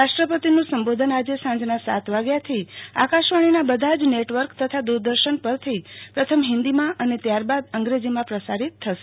રાષ્ટ્રપતિનું સંબોધન આજે સાંજના સાત વાગ્યાથી આકાશવાણીના બધા જ નેટવર્ક તથા દૂરદર્શન પરથી પ્રથમ હિંદીમાં અને ત્યારબાદ અંગ્રેજીમાં પ્રસારીત થશે